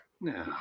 No